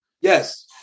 yes